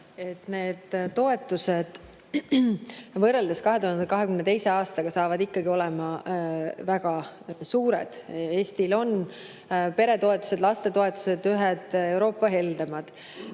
need toetused saavad võrreldes 2022. aastaga ikkagi olema väga suured. Eesti peretoetused ja lastetoetused on ühed Euroopa heldemad.